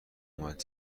اومد